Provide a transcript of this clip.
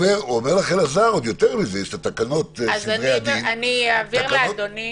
אומר לך אלעזר יותר מזה יש את תקנות סדרי הדין --- אז אעביר לאדוני